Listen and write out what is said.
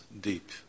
deep